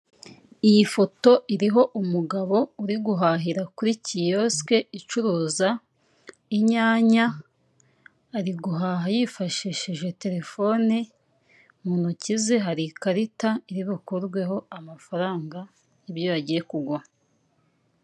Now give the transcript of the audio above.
Iyi foto iriho umugabo uri guhahira kuri kiyosike icuruza inyanya, ari guhaha yifashishije telefone, mu ntoki ze hari ikarita iri bukurweho amafaranga y'ibyo yagiye kugura.